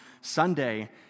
Sunday